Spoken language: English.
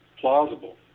plausible